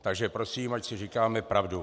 Takže prosím, ať si říkáme pravdu.